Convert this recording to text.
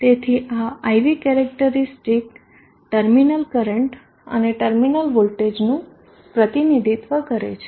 તેથી આ IV axis terminal current અને ટર્મિનલ વોલ્ટેજનું પ્રતિનિધિત્વ કરે છે